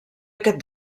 aquest